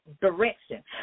direction